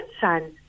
son